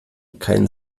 kein